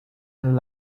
and